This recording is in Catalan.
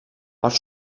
part